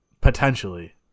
potentially